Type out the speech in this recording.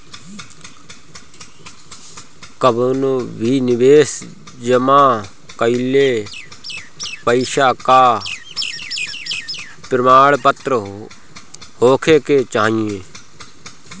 कवनो भी निवेश जमा कईल पईसा कअ प्रमाणपत्र होखे के चाही